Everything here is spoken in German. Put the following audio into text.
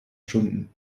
stunden